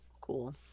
Cool